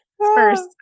first